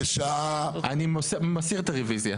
- אני מסיר את הרוויזיה.